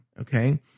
okay